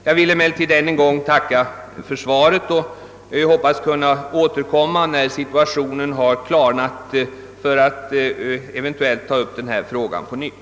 Jag vill emellertid än en gång tacka för svaret. Jag hoppas kunna återkomma när situationen har klarnat, för att eventuellt ta upp denna fråga på nytt.